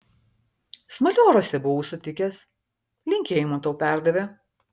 smalioriuose buvau sutikęs linkėjimų tau perdavė